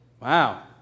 Wow